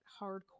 hardcore